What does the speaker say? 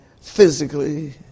physically